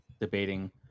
debating